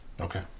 Okay